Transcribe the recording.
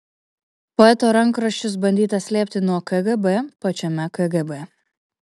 poeto rankraščius bandyta slėpti nuo kgb pačiame kgb